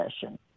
session